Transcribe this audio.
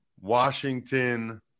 Washington